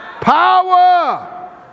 power